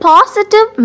Positive